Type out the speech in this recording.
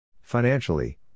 Financially